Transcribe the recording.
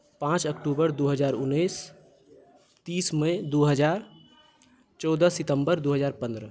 पाँच अक्टूबर दू हजार उन्नैस तीस मई दू हजार चौदह सितम्बर दू हजार पन्द्रह